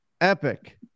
epic